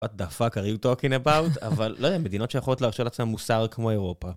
What the fuck are you talking about? אבל לא יודע, מדינות שיכולות להרשות לעצמן מוסר כמו אירופה.